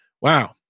wow